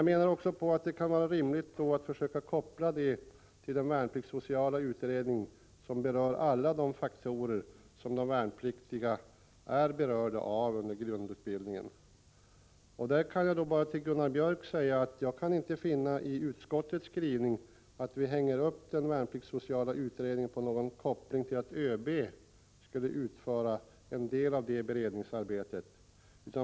Det kan då vara rimligt att koppla den frågan till den värnpliktssociala utredningen, som gäller alla de faktorer som värnpliktiga är berörda av under grundutbildningen. Jag kan till Gunnar Björk i Gävle bara säga att jag i utskottets skrivning inte kan finna att vi hänger upp den värnpliktssociala utredningen på någon koppling till att ÖB skulle utföra en del av beredningsarbetet.